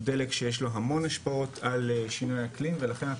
הוא דלק שיש לו המון השפעות על שינוי האקלים ולכן אנחנו